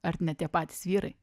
ar ne tie patys vyrai